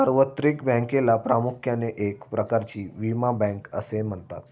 सार्वत्रिक बँकेला प्रामुख्याने एक प्रकारची विमा बँक असे म्हणतात